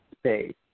space